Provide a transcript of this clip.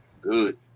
Good